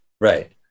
Right